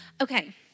Okay